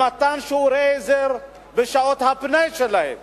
במתן שיעורי עזר בשעות הפנאי שלהם